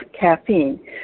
caffeine